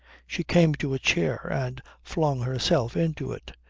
she came to a chair and flung herself into it.